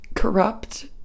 Corrupt